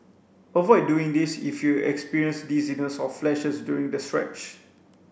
avoid doing this if you experience dizziness or flashes during the stretch